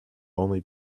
only